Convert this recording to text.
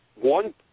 one